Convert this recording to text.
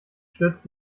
stürzt